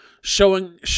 showing